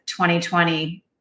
2020